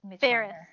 Ferris